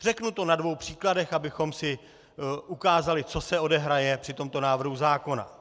Řeknu to na dvou příkladech, abychom si ukázali, co se odehraje při tomto návrhu zákona.